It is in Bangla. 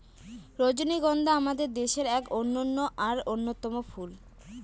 রজনীগন্ধা আমাদের দেশের এক অনন্য আর অন্যতম ফুল